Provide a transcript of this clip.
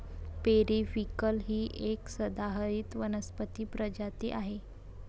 periwinkle ही एक सदाहरित वनस्पती प्रजाती आहे